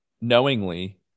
knowingly